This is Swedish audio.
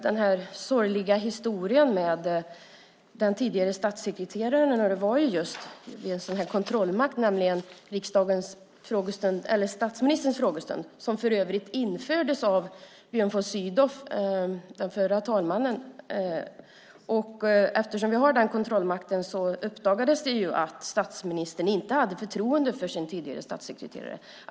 Den sorgliga historien med den tidigare statssekreteraren blev aktuell just för denna kontrollmakt vid statsministerns frågestund, som för övrigt infördes av den förre talmannen Björn von Sydow. Genom denna kontrollmakt uppdagades det att statsministern inte hade förtroende för sin tidigare statssekreterare.